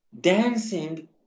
dancing